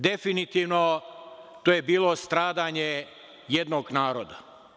Definitivno, to je bilo stradanje jednog naroda.